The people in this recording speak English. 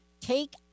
Take